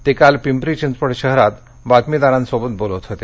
ते काल पिंपरी चिंचवड शहरात बातमीदारांसोबत बोलत होते